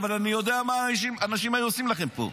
אבל אני יודע מה אנשים היו עושים לכם פה.